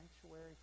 sanctuary